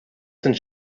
sind